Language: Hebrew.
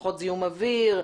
פחות זיהום אוויר,